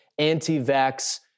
anti-vax